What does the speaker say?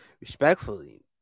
respectfully